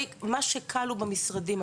מה שקל הוא במשרדים,